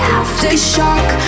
aftershock